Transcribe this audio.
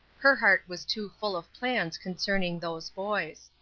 her heart was too full of plans concerning those boys.